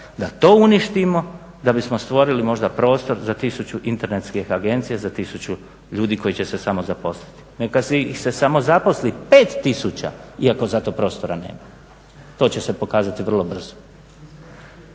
da to uništimo da bismo stvorili možda prostor za tisuću internetskih agencija za tisuću ljudi koji će se samozaposliti. Neka ih se samo zaposli 5 tisuća iako za to prostora nema, to će se pokazati vrlo brzo.